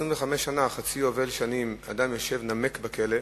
25 שנה, חצי יובל שנים, אדם יושב ונמק בכלא.